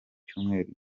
cyumweru